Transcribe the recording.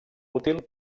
útil